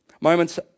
Moments